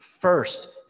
first